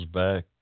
back